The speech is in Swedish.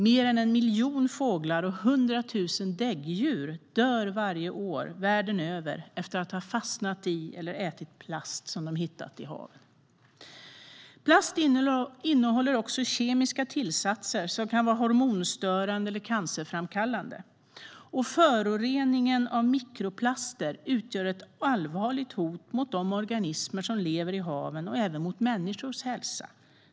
Mer än 1 miljon fåglar och 100 000 däggdjur dör varje år världen över efter att de har fastnat i eller ätit plast som de har hittat i havet. Plast innehåller också kemiska tillsatser som kan vara hormonstörande eller cancerframkallande. Föroreningen av mikroplaster utgör ett allvarligt hot mot de organismer som lever i haven och även mot människors hälsa.